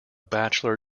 bachelor